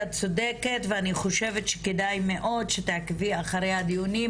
את צודקת ואני חושבת שכדאי מאוד שתעקבי אחרי הדיונים,